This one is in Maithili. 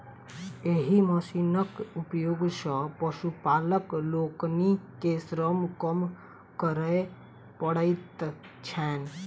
एहि मशीनक उपयोग सॅ पशुपालक लोकनि के श्रम कम करय पड़ैत छैन